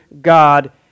God